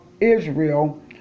Israel